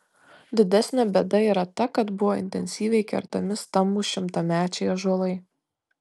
didesnė bėda yra ta kad buvo intensyviai kertami stambūs šimtamečiai ąžuolai